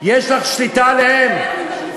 יש לך שליטה עליהם?